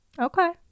Okay